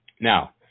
Now